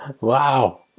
Wow